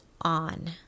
on